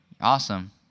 awesome